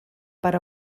per